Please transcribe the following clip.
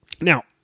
Now